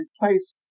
replace